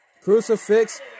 Crucifix